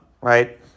right